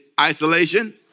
Isolation